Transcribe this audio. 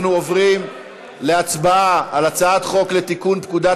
אנחנו עוברים להצבעה על הצעת חוק לתיקון פקודת